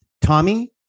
Tommy